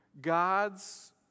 God's